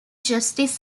justice